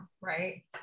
right